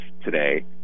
today